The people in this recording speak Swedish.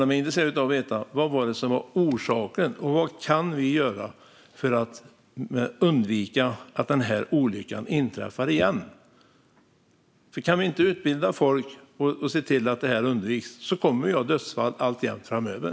De är intresserade av att veta vad som var orsaken och vad de kan göra för att undvika att en sådan olycka inträffar igen. Om vi inte kan utbilda folk och se till att detta undviks kommer vi alltjämt att ha dödsfall framöver.